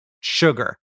sugar